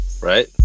right